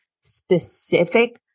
specific